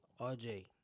RJ